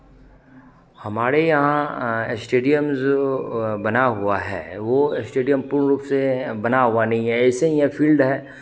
हमारे यहाँ स्टेडियम जो बना हुआ है वो स्टेडियम पूर्ण रूप से बना हुआ नहीं है ऐसे ही एक फील्ड है